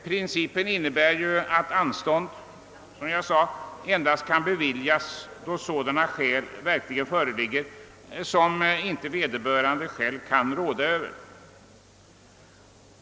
Principen innebär att anstånd — som jag sade — endast kan beviljas då sådana skäl verkligen föreligger som inte vederbörande själv kan råda över.